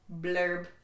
blurb